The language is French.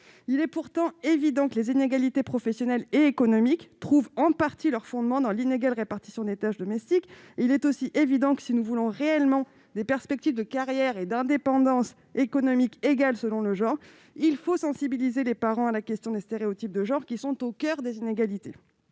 Il est pourtant évident que les inégalités professionnelles et économiques trouvent en partie leur fondement dans l'inégale répartition des tâches domestiques. De même, si nous voulons réellement offrir des perspectives de carrière et d'indépendance économique égales selon les genres, il est tout aussi évident que nous devons sensibiliser les parents à la question de ces stéréotypes, qui sont au coeur des inégalités.